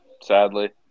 sadly